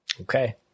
Okay